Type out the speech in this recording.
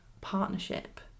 partnership